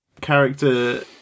character